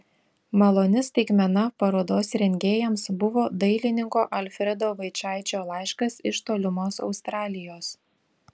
maloni staigmena parodos rengėjams buvo dailininko alfredo vaičaičio laiškas iš tolimos australijos